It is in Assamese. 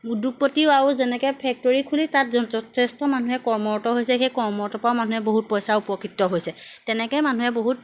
উদ্যোগপতিও আৰু যেনেকৈ ফেক্টৰী খুলি তাত যথেষ্ট মানুহে কৰ্মৰত হৈছে সেই কৰ্মৰত পৰাও মানুহে বহুত পইচা উপকৃত হৈছে তেনেকৈ মানুহে বহুত